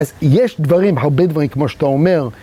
אז יש דברים, הרבה דברים, כמו שאתה אומר.